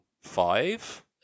five